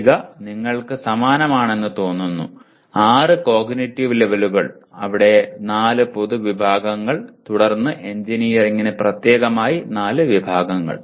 പട്ടിക നിങ്ങൾക്ക് സമാനമാണെന്ന് തോന്നുന്നു 6 കോഗ്നിറ്റീവ് ലെവലുകൾ ഇവിടെ 4 പൊതു വിഭാഗങ്ങൾ തുടർന്ന് എഞ്ചിനീയറിംഗിന് പ്രത്യേകമായി 4 വിഭാഗങ്ങൾ